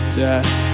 death